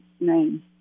name